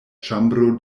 ĉambro